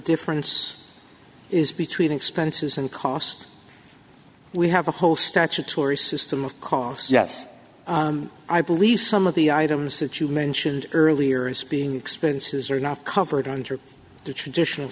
difference is between expenses and costs we have a whole statutory system of costs yes i believe some of the items that you mentioned earlier as being expenses are not covered under the traditional